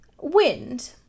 wind